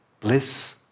bliss